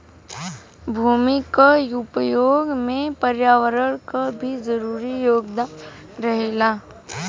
भूमि क उपयोग में पर्यावरण क भी जरूरी योगदान रहेला